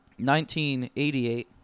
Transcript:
1988